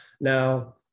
Now